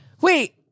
Wait